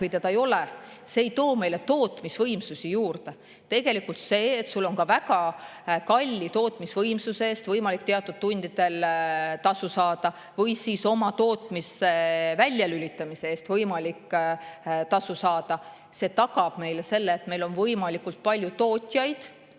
või seda ei ole, see ei too meile tootmisvõimsusi juurde. Tegelikult see, et sul on ka väga kalli tootmisvõimsuse eest võimalik teatud tundidel tasu saada või oma tootmise väljalülitamise eest võimalik tasu saada, tagab meile selle, et meil on turul võimalikult palju tootjaid